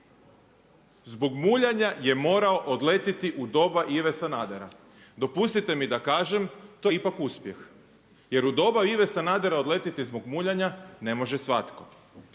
zbog muljanja je morao odletjeti u doba Ive Sanadera. Dopustite mi da kažem to je ipak uspjeh. Jer u doba Ive Sanadera odletjeti zbog muljanja ne može svatko.